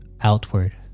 outward